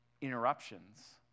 interruptions